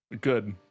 Good